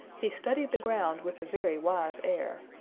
he studied the ground with a very wise air.